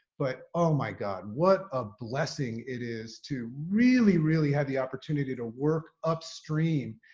but, oh, my god, what a blessing it is to really, really have the opportunity to work upstream,